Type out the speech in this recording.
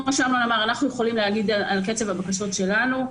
אנחנו יכולים להגיד על קצב הבקשות שלנו,